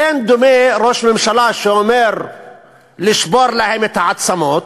אין דומה ראש ממשלה שאומר "לשבור להם את העצמות"